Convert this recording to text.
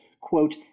quote